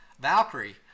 Valkyrie